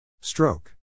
Stroke